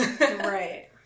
Right